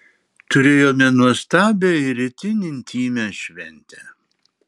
turėjome nuostabią ir itin intymią šventę